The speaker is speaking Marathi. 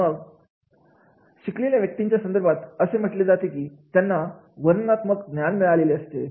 तर मग सुकलेल्या व्यक्तीच्या संदर्भात असे म्हटले जाते की त्यांना वर्णनात्मक ज्ञान मिळालेली असते